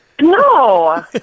No